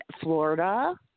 Florida